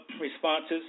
responses